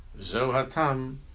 Zohatam